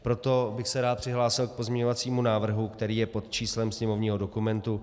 Proto bych se rád přihlásil k pozměňovacímu návrhu, který je pod číslem sněmovního dokumentu 5305.